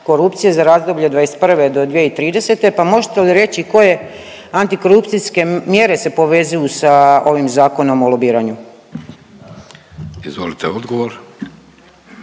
za razdoblje od 2021. do 2030. pa možete li reći koje antikorupcijske mjere se povezuju sa ovim Zakonom o lobiranju. **Vidović,